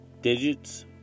digits